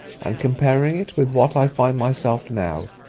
and comparing it with what i find myself now,